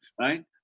Right